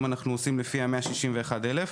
אם אנחנו עושים לפי ה-161 אלף,